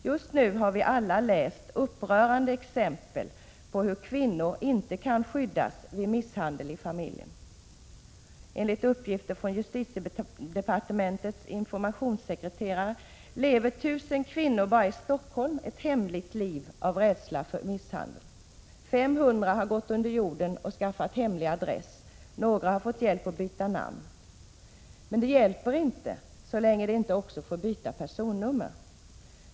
Just nu har vi alla läst upprörande. JM osa exempel på hur kvinnor inte kan skyddas vid fall av misshandel i familjen. Enligt uppgifter från justitiedepartementets informationssekreterare lever 1 000 kvinnor bara i Stockholm ett hemligt liv av rädsla för misshandel. 500 har gått under jorden och skaffat hemlig adress. Några har fått hjälp att byta namn, men det hjälper inte så länge de inte också får byta personnummer.